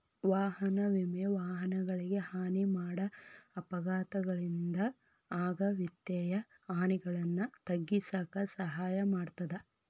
ವಾಹನ ವಿಮೆ ವಾಹನಗಳಿಗೆ ಹಾನಿ ಮಾಡ ಅಪಘಾತಗಳಿಂದ ಆಗ ವಿತ್ತೇಯ ಹಾನಿಗಳನ್ನ ತಗ್ಗಿಸಕ ಸಹಾಯ ಮಾಡ್ತದ